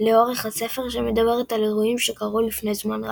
לאורך הספר, שמדברת על אירועים שקרו לפני זמן רב.